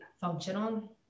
functional